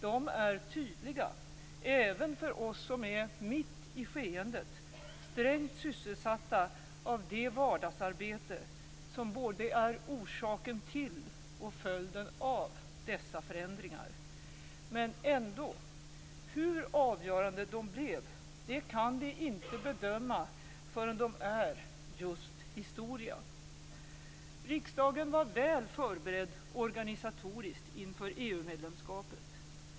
De är tydliga även för oss som är mitt i skeendet, strängt sysselsatta av det vardagsarbete som både är orsaken till och följden av dessa förändringar. Men ändå - hur avgörande de blev, det kan vi inte bedöma förrän de är just historia. Riksdagen var väl förberedd organisatoriskt inför EU-medlemskapet.